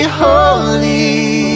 holy